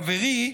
חברי,